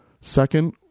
Second